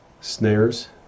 snares